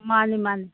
ꯃꯥꯅꯤ ꯃꯥꯅꯤ